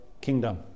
kingdom